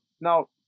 Now